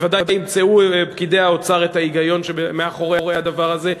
ודאי ימצאו פקידי האוצר את ההיגיון שמאחורי הדבר הזה.